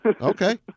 okay